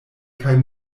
kaj